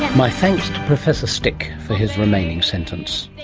my thanks to professor stick for his remaining sentence